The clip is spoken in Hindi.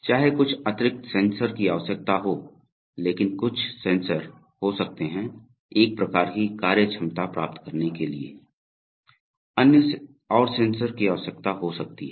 चाहे कुछ अतिरिक्त सेंसर की आवश्यकता हो लेकिन कुछ सेंसर हो सकते हैं एक प्रकार की कार्यक्षमता प्राप्त करने के लिए अन्य और सेंसर की आवश्यकता हो सकती है